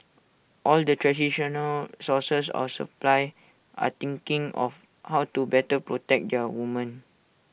all the traditional sources of supply are thinking of how to better protect their women